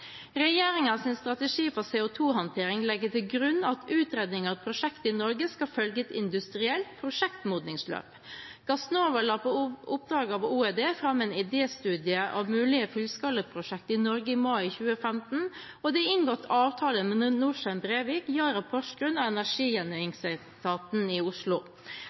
strategi for CO2-håndtering legger til grunn at utredninger av prosjekter i Norge skal følge et industrielt prosjektmodningsløp. Gassnova la på oppdrag av Olje- og energidepartementet fram en idéstudie av mulige fullskalaprosjekt i Norge i mai 2015, og det er inngått avtaler med Norcem Brevik, Yara Porsgrunn og energigjenvinningsetaten i Oslo